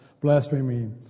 blasphemy